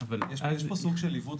יש פה סוג של עיוות,